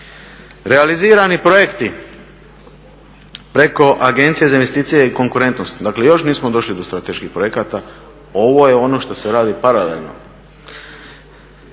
Realizirani projekti preko Agencije za investicije i konkurentnost, dakle još nismo došli do strateških projekata ovo je ono što se radi paralelno,